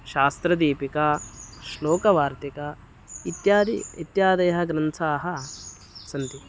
शास्त्रदीपिका श्लोकवार्तिका इत्यादि इत्यादयः ग्रन्थाः सन्ति